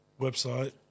website